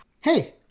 hey